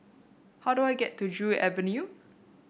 how do I get to Joo Avenue